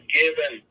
given